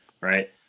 right